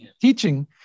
teaching